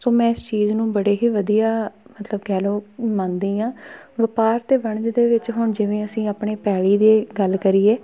ਸੋ ਮੈਂ ਇਸ ਚੀਜ਼ ਨੂੰ ਬੜੇ ਹੀ ਵਧੀਆ ਮਤਲਬ ਕਹਿ ਲਓ ਮੰਨਦੀ ਹਾਂ ਵਪਾਰ ਅਤੇ ਵਣਜ ਦੇ ਵਿੱਚ ਹੁਣ ਜਿਵੇਂ ਅਸੀਂ ਆਪਣੀ ਪੈਲੀ ਦੇ ਗੱਲ ਕਰੀਏ